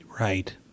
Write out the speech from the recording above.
Right